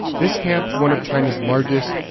this camp, one of china's largest,